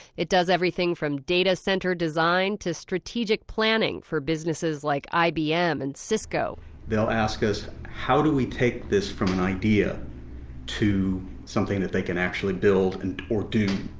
it does everything from data-center design to strategic planning for businesses like ibm and cisco they'll ask us how do we take this from an idea to something that they can actually build or do,